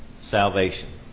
salvation